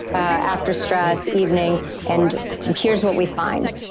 after stress, evening and here's what we find.